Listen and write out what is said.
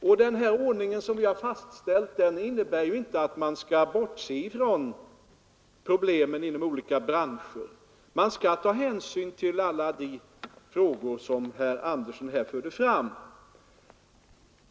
Och den ordning som vi har fastställt innebär ju inte att man skall bortse från problemen inom olika branscher. Man skall ta hänsyn till alla de frågor som herr Andersson i Örebro här förde fram.